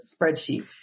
spreadsheet